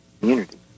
community